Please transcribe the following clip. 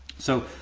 so,